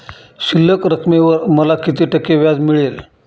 शिल्लक रकमेवर मला किती टक्के व्याज मिळेल?